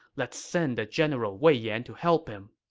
let's send the general wei yan to help him.